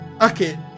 Okay